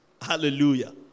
Hallelujah